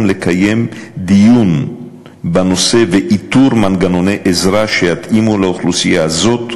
לקיים דיון בנושא ולאתר מנגנוני עזרה שיתאימו לאוכלוסייה זו,